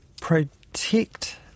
protect